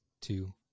Two